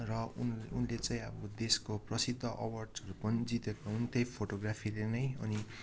र उनी उनले चाहिँ अब देशको प्रसिद्ध अवार्डहरू पनि जितेको हुन् त्यही फोटोग्राफीले नै अनि